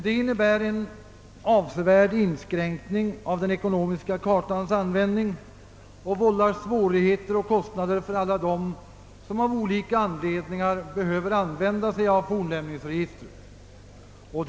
Det innebär en betydande inskränkning i den ekonomiska kartans användning och vållar svårigheter och kostnader för alla dem som av olika anledningar behöver använda sig av fornlämningsregistret.